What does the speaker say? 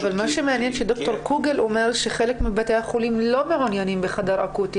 מה שמעניין שד"ר קוגל אומר שחלק מבתי החולים לא מעוניינים בחדר אקוטי.